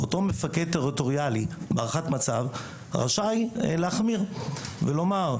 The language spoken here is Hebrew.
ואותו מפקד טריטוריאלי בהערכת מצב רשאי להחמיר ולומר,